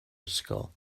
ysgol